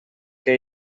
que